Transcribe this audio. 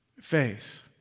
face